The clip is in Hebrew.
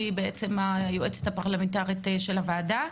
שהיא בעצם היועצת הפרלמנטרית של הוועדה,